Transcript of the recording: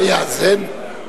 זה יאזן?